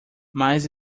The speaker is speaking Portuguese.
mas